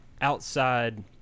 outside